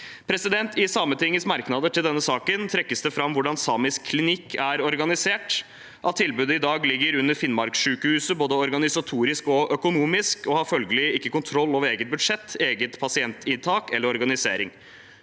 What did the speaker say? seg. I Sametingets merknader til denne saken trekkes det fram hvordan den samiske klinikken er organisert, at tilbudet i dag ligger under Finnmarkssykehuset både organisatorisk og økonomisk og følgelig ikke har kontroll over eget budsjett, eget pasientinntak eller egen organisering.